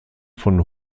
von